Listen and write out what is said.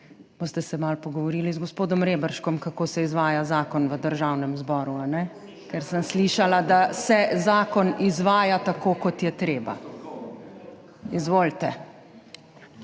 boste se malo pogovorili z gospodom Reberškom, kako se izvaja zakon v Državnem zboru, ker sem slišala, da se zakon izvaja tako, kot je treba. JANEZ